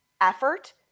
effort